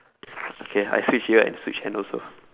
okay I switch ear and switch hand also